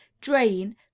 drain